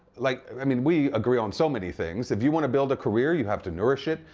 like i mean we agree on so many things. if you want to build a career you have to nourish it,